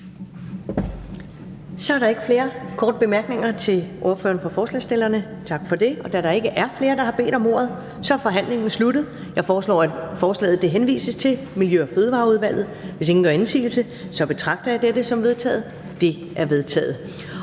Så er der ikke flere korte bemærkninger til ordføreren for forslagsstillerne. Tak for det. Da der ikke er flere, der har bedt om ordet, er forhandlingen sluttet. Jeg foreslår, at forslaget henvises til Miljø- og Fødevareudvalget. Hvis ingen gør indsigelse, betragter jeg dette som vedtaget. Det er vedtaget.